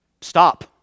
stop